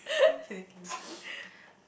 kidding kidding